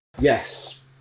Yes